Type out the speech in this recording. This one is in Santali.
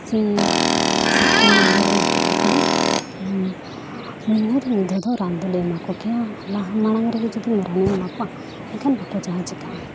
ᱥᱤᱢ ᱥᱩᱠᱨᱤ ᱢᱮᱨᱚᱢ ᱩᱱᱠᱩ ᱫᱚ ᱢᱟᱹᱦᱤᱱᱟᱹᱨᱮ ᱢᱤᱫ ᱫᱷᱟᱹᱣ ᱫᱚ ᱨᱟᱱ ᱫᱚᱞᱮ ᱮᱢᱟ ᱠᱚᱜᱮᱭᱟ ᱞᱟᱦᱟ ᱢᱟᱲᱟᱝ ᱨᱮᱜᱮ ᱡᱩᱫᱤ ᱨᱟᱱᱞᱮ ᱮᱢᱟ ᱠᱚᱣᱟ ᱮᱱᱠᱷᱟᱱ ᱵᱟᱠᱚ ᱡᱟᱦᱟᱸ ᱪᱤᱠᱟᱹᱜᱼᱟ